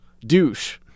Douche